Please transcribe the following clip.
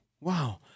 Wow